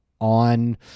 on